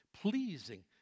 pleasing